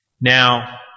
Now